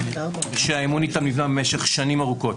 שהאמון איתם נבנה במשך שנים ארוכות.